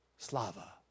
Slava